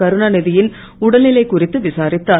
கருணா நிதியின் டடல்நிலை குறித்து விசாரித்தார்